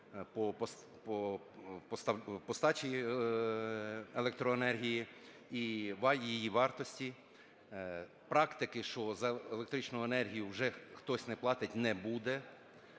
по постачі електроенергії і її вартості. Практики, що за електричну енергію вже хтось не платить, не буде.